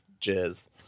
jizz